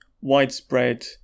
widespread